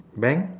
bank